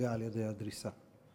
נהרגה על-ידי הדריסה.